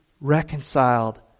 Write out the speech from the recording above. reconciled